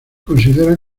considera